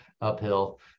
uphill